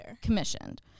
commissioned